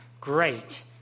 Great